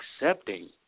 accepting